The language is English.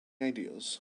ideas